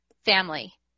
family